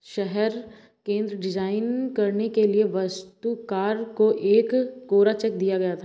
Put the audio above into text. शहर केंद्र डिजाइन करने के लिए वास्तुकार को एक कोरा चेक दिया गया